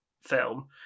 film